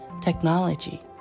technology